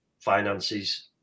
finances